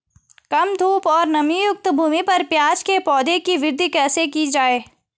कम धूप और नमीयुक्त भूमि पर प्याज़ के पौधों की वृद्धि कैसे की जाए?